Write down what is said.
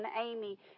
Amy